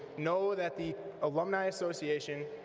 know that the alumni association,